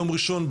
יום ראשון,